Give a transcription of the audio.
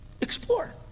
Explore